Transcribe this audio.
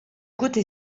côté